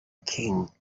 king